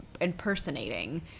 impersonating